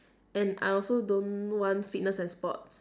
and I also don't want fitness and sports